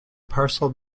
parcel